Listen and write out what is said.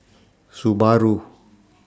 Subaru